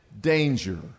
danger